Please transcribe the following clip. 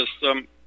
system